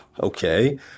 okay